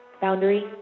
Boundary